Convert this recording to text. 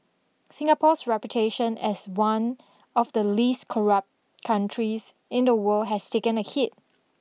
Singapore's reputation as one of the least corrupt countries in the world has taken a hit